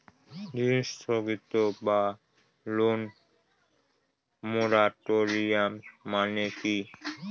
ঋণ স্থগিত বা লোন মোরাটোরিয়াম মানে কি?